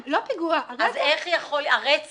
לא פיגוע, הרצח.